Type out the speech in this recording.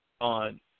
on